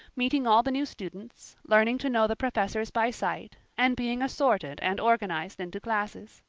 meeting all the new students, learning to know the professors by sight and being assorted and organized into classes.